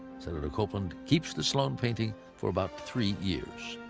senator copeland keeps the sloan painting for about three years.